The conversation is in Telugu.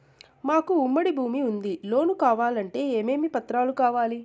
మాకు ఉమ్మడి భూమి ఉంది లోను కావాలంటే ఏమేమి పత్రాలు కావాలి?